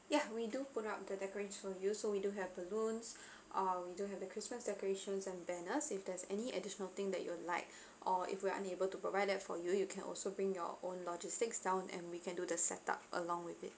yeah we do put up the decorate for you so we do have balloons uh we do have the christmas decorations and banners if there's any additional thing that you'll like or if we are unable to provide that for you you can also bring your own logistics down and we can do the set up along with it